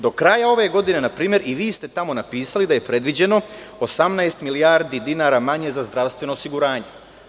Do kraja ove godine, i vi ste tamo napisali, da je predviđeno 18 milijardi dinara manje za zdravstveno osiguranje.